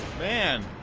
man